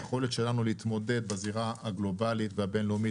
היכולת שלנו להתמודד בזירה הגלובאלית והבינלאומית,